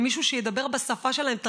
למישהו שידבר בשפה שלהן,